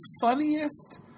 funniest